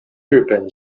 日本